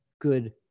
good